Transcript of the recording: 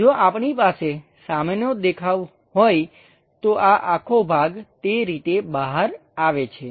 જો આપણી પાસે સામેનો દેખાવ હોય તો આ આખો ભાગ તે રીતે બહાર આવે છે